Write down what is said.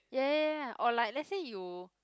ya ya ya or like let's say you